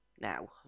Now